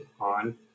on